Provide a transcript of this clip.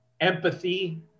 empathy